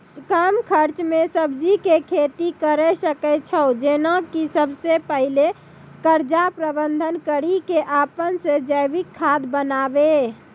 कम खर्च मे सब्जी के खेती करै सकै छौ जेना कि सबसे पहिले कचरा प्रबंधन कड़ी के अपन से जैविक खाद बनाबे?